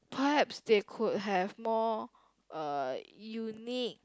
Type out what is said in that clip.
perhaps they could have more uh unique